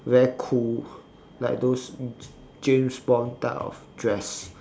very cool like those james bond type of dress